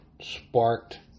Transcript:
Sparked